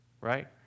right